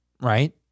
right